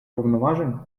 повноважень